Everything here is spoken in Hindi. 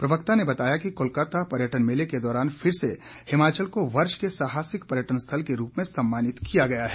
प्रवक्ता ने बताया कि कोलकत्ता पर्यटन मेले के दौरान फिर से हिमाचल को वर्ष के साहसिक पर्यटन स्थल के रूप में सम्मानित किया गया है